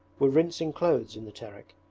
were rinsing clothes in the terek,